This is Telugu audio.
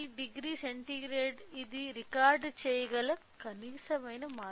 390 సెంటీగ్రేడ్ ఇది రికార్డ్ చేయగల కనీస మార్పు